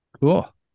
Cool